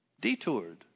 detoured